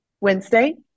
Wednesday